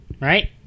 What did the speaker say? Right